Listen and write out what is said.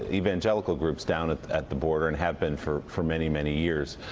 evangelical groups down at at the border and have been for for many many years.